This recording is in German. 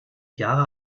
jahre